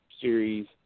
series